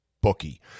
Bookie